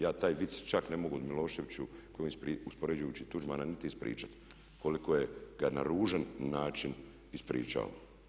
Ja taj vic čak ne mogu o Miloševiću koji uspoređujući Tuđmana niti ispričati koliko ga je na ružan način ispričao.